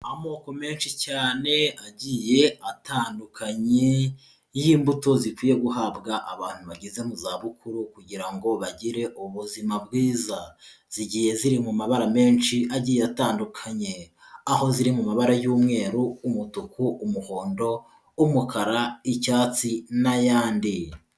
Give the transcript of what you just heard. Amoko menshi cyane agiye atandukanye y'imbuto zikwiye guhabwa abantu bageze mu za bukuru, kugira ngo bagire ubuzima bwiza, zigiye ziri mu mabara menshi agiye atandukanye, aho ziri mu mabara y'umweru, umutuku, umuhondo, umukara, icyatsi n'ayandi.